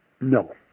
No